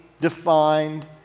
defined